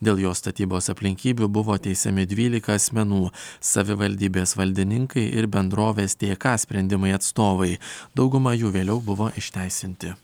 dėl jo statybos aplinkybių buvo teisiami dvylika asmenų savivaldybės valdininkai ir bendrovės te ką sprendimai atstovai dauguma jų vėliau buvo išteisinti